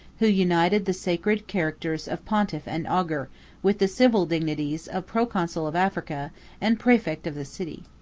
who united the sacred characters of pontiff and augur with the civil dignities of proconsul of africa and praefect of the city.